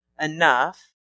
enough